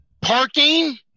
parking